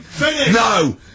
No